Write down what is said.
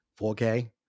4k